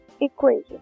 equation